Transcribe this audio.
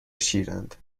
شیرند